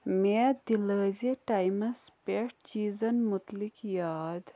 مےٚ دِلٲیزِ ٹایِمَس پیٹھ چیٖزن مُتعلِق یاد